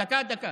דקה, דקה.